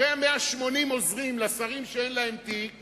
אחרי 180 עוזרים לשרים שאין להם תיק